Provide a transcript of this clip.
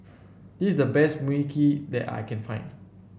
this is the best Mui Kee that I can find